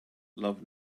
love